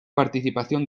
participación